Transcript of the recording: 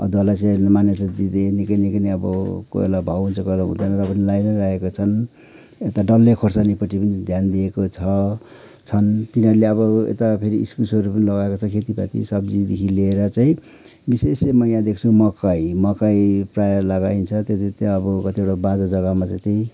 अदुवालाई चाहिँ मान्यता दिँदै निकै निकै नै अब कोहि बेला भाउ हुन्छ कोहि बेला हुँदैन र पनि लाइनै रहेकोछन् यता डल्ले खोर्सानीपट्टि पनि ध्यान दिएको छ छन् तिनीहरूले अब यता इस्कुसहरू पनि लगाएको छ खेतीपाती सब्जीदेखि लिएर चाहिँ विशेष चाहिँ म यहाँ देख्छु मकै मकै प्राय लगाइन्छ त्यो त्यो त्यो अब कतिवटा बाँझो जग्गामा चाहिँ त्यही